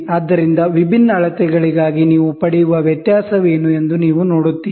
ಆದ್ದರಿಂದ ವಿಭಿನ್ನ ಅಳತೆಗಳಿಗಾಗಿ ನೀವು ಪಡೆಯುವ ವ್ಯತ್ಯಾಸವೇನು ಎಂದು ನೀವು ನೋಡುತ್ತೀರಿ